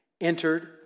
entered